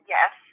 Yes